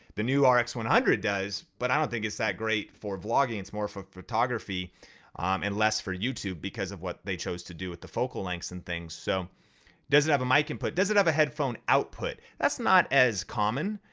the new ah rx one hundred does but i don't think it's that great for vlogging it's more for photography and less for youtube because of what they chose to do with the focal lengths and things. so, it doesn't have a mic input, doesn't have a headphone output. that's not as common,